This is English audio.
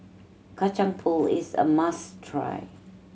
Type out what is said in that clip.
Kacang Pool is a must try